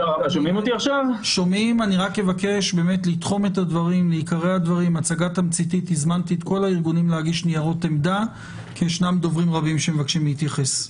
אני מבקש לדבר בתמציתיות מכיוון שיש דוברים רבים שרוצים להתייחס.